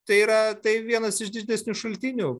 tai yra tai vienas iš diždesnių šaltinių